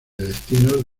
destinos